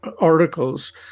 articles